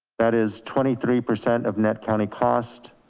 that is twenty three percent of net county cost.